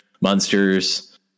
monsters